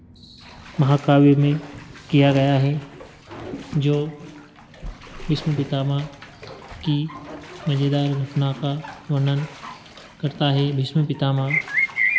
महाकाव्य में किया गया है जो भीष्म पितामह की मज़ेदार घटना का वर्नण करता है भीष्म पितामह